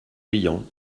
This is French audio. riant